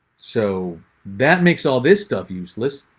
so that makes all this stuff useless.